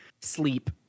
Sleep